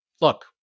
Look